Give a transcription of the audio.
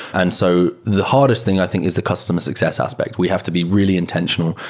and so the hardest thing i think is the customer success aspect. we have to be really intentional.